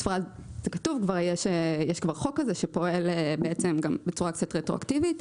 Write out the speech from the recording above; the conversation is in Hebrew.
בספרד יש חוק שפועל בצורה רטרואקטיבית,